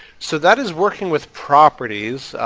so that is working with properties,